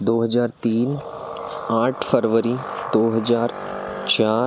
दो हज़ार तीन आठ फरवरी दाे हज़ार चार